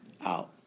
out